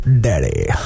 Daddy